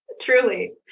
Truly